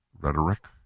rhetoric